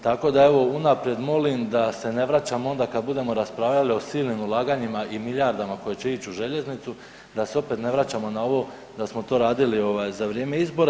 Tako da evo unaprijed molim da se ne vraćamo onda kada budemo raspravljali o silnim ulaganjima i milijardama koje će ići u željeznicu da se opet ne vraćamo na ovo da smo to radili za vrijeme izbora.